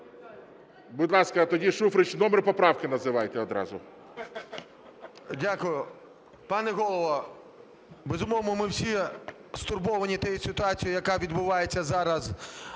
Будь ласка, тоді Шуфрич. Номер поправки називайте одразу. 13:32:12 ШУФРИЧ Н.І. Дякую. Пане Голово, безумовно, ми всі стурбовані тією ситуацією, яка відбувається зараз